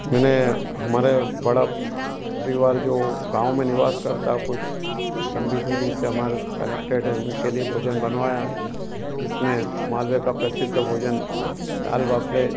मैंने हमारे बड़ा परिवार जो गाँव में निवास करता है कुछ लंबी दूरी से हमारे से कनेक्टेड है उनके लिए भोजन बनवाया जिसमें मालवे का प्रसिद्ध भोजन दाल वाफले